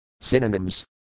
Synonyms